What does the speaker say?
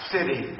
City